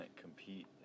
compete